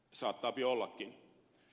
saattaapi ollakin